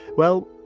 well,